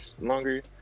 longer